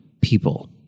people